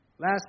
Last